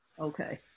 Okay